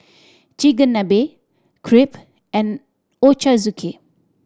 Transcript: Chigenabe Crepe and Ochazuke